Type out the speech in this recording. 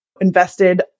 invested